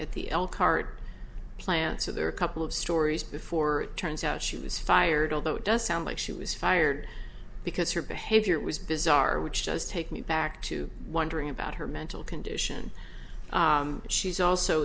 at the card plant so there are a couple of stories before it turns out she was fired although it does sound like she was fired because the behavior was bizarre which does take me back to wondering about her mental condition she's also